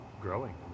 growing